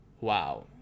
wow